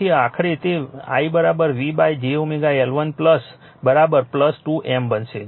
તેથી આખરે તે i V j L1 2 M બનશે